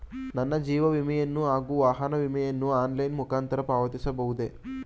ನನ್ನ ಜೀವ ವಿಮೆಯನ್ನು ಹಾಗೂ ವಾಹನ ವಿಮೆಯನ್ನು ಆನ್ಲೈನ್ ಮುಖಾಂತರ ಪಾವತಿಸಬಹುದೇ?